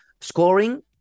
scoring